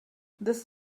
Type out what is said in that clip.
this